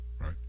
Right